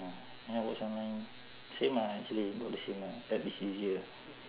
ya watch online same ah actually about the same lah app is easier